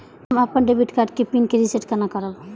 हम अपन debit card के पिन के रीसेट केना करब?